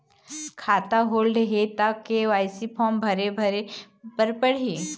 खाता होल्ड हे ता के.वाई.सी फार्म भरे भरे बर पड़ही?